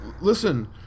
Listen